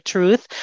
Truth